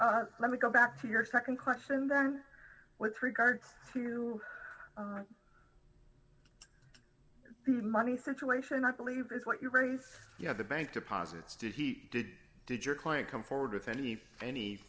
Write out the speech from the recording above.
now let me go back to your nd question then with regards to the money situation i believe is what you raise you have the bank deposits did he did did your client come forward with any any